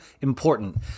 important